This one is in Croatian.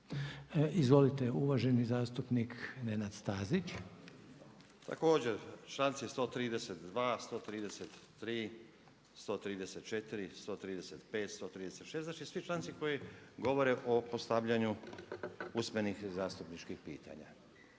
Izvolite uvaženi zastupnik Nenad Stazić. **Stazić, Nenad (SDP)** Također članci 132., 133., 134., 135., 136. znači svi članci koji govore o postavljanju usmenih zastupničkih pitanja.